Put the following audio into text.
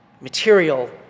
material